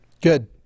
Good